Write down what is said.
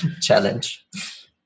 challenge